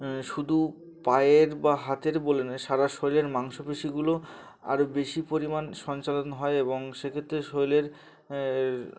শুধু পায়ের বা হাতের বলে নেয় সারা শরীরের মাংস পেশীগুলো আরও বেশি পরিমাণ সঞ্চালন হয় এবং সে ক্ষেত্রে শরীরের